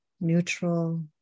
neutral